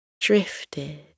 drifted